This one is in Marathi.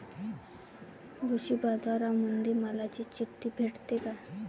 कृषीबाजारामंदी मालाची चिट्ठी भेटते काय?